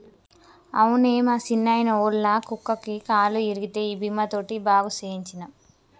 అవునే మా సిన్నాయిన, ఒళ్ళ కుక్కకి కాలు ఇరిగితే ఈ బీమా తోటి బాగు సేయించ్చినం